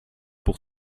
pour